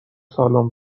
سالن